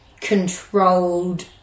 controlled